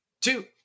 two